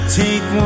take